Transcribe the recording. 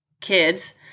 kids